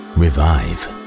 revive